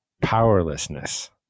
powerlessness